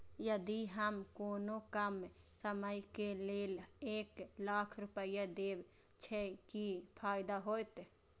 यदि हम कोनो कम समय के लेल एक लाख रुपए देब छै कि फायदा होयत?